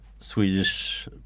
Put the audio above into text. Swedish